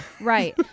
right